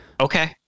Okay